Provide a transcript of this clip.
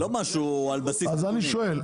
זה לא משהו על בסיס -- לא.